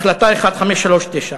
החלטה 1539,